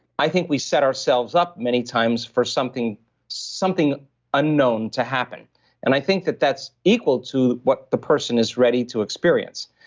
i think we set ourselves up many times for something something unknown to happen and i think that's equal to what the person is ready to experience.